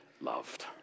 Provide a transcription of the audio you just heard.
loved